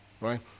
right